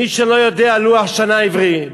מי שלא יודע לוח שנה עברי,